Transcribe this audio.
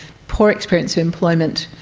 poor experience of employment,